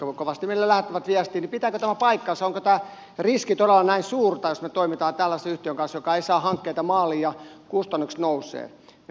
onko tämä riski todella näin suurta jos me toimimme tällaisen yhtiön kanssa joka ei saa hankkeita maaliin ja kustannukset nousevat